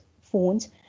phones